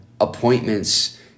appointments